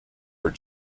were